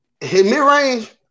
mid-range